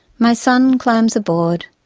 my son climbs aboard,